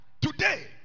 today